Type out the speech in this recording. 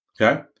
okay